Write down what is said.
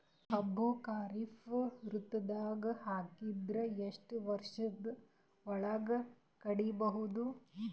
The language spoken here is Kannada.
ಕಬ್ಬು ಖರೀಫ್ ಋತುದಾಗ ಹಾಕಿದರ ಎಷ್ಟ ವರ್ಷದ ಒಳಗ ಕಡಿಬಹುದು?